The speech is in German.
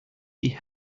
die